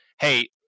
hey